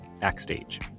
Backstage